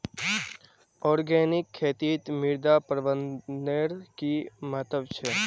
organic खेतीत मृदा प्रबंधनेर कि महत्व छे